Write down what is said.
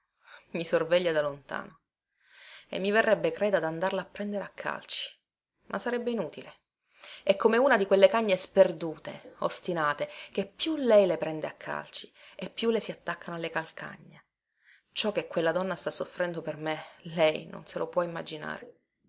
i sorveglia da lontano e mi verrebbe creda dandarla a prendere a calci ma sarebbe inutile è come una di quelle cagne sperdute ostinate che più lei le prende a calci e più le si attaccano alle calcagna ciò che quella donna sta soffrendo per me lei non se lo può immaginare